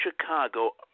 Chicago